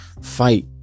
fight